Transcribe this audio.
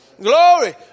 Glory